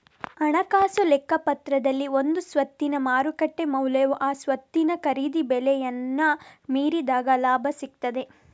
ಹಣಕಾಸು ಲೆಕ್ಕಪತ್ರದಲ್ಲಿ ಒಂದು ಸ್ವತ್ತಿನ ಮಾರುಕಟ್ಟೆ ಮೌಲ್ಯವು ಆ ಸ್ವತ್ತಿನ ಖರೀದಿ ಬೆಲೆಯನ್ನ ಮೀರಿದಾಗ ಲಾಭ ಸಿಗ್ತದೆ